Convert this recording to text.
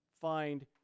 find